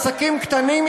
עסקים קטנים,